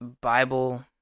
Bible